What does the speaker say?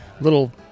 little